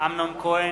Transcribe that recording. אמנון כהן,